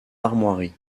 armoiries